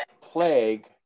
plague